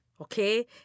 Okay